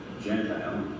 Gentile